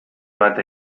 bat